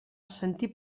sentir